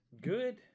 good